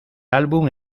álbum